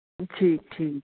ਠੀਕ ਠੀਕ